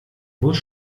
muss